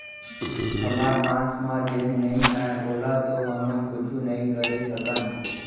हमर हाथ म जेन नइये ओला तो हमन कुछु नइ करे सकन